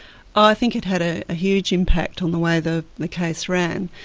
i think it had a huge impact on the way the the case ran.